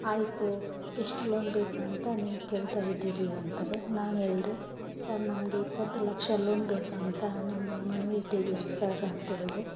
ಆಯಿತು ಎಷ್ಟು ಲೋನ್ ಬೇಕಂತ ನೀವು ಕೇಳ್ತಾ ಇದ್ದೀರಿ ಅಂತಾರೇ ನಾನು ಹೇಳ್ದೆ ಸರ್ ನಮಗೆ ಇಪ್ಪತ್ತು ಲಕ್ಷ ಲೋನ್ ಬೇಕಂತ ನಿಮ್ಮಲ್ಲಿ ಮನವಿ ಇಟ್ಟಿದೀರಿ ಸರ್ ಅಂತೇಳಿದೆ